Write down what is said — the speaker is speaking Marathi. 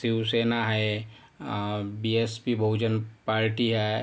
शिवसेना आहे B S P Bahujan party आहे